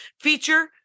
feature